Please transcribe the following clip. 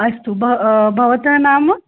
अस्तु भ भवतः नाम